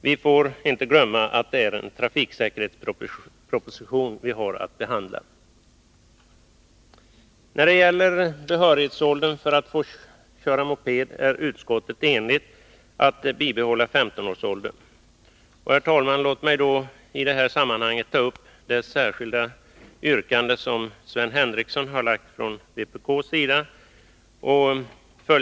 Vi får inte glömma att det är en trafiksäkerhetsproposition vi behandlar. När det gäller behörighetsåldern för att få köra moped är utskottet enigt om att bibehålla 15-årsgränsen. Låt mig i detta sammanhang ta upp det särskilda yrkande som vpk har framställt.